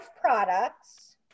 products